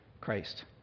Christ